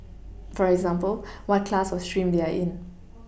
for example what class or stream they are in